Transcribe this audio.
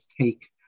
take